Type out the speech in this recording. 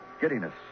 giddiness